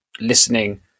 listening